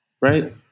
right